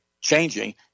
changing